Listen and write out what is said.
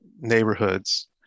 neighborhoods